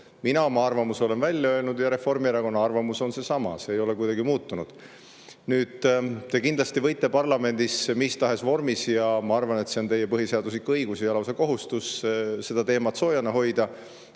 Mina oma arvamuse olen välja öelnud ja Reformierakonna arvamus on seesama, see ei ole kuidagi muutunud. Te kindlasti võite parlamendis mis tahes vormis – ja ma arvan, et see on teie põhiseaduslik õigus, lausa kohustus – seda teemat soojana hoida,